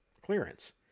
clearance